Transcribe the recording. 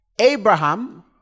Abraham